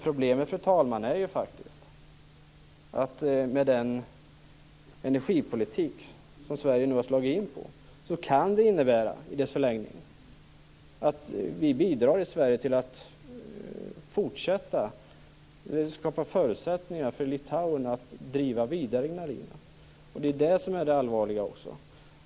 Problemen, fru talman, är faktiskt att i förlängningen av den energipolitik som Sverige nu har slagit in på kan det innebära att vi i Sverige bidrar till att skapa förutsättningar för Litauen att driva Ignalina vidare. Det är det som är det allvarliga.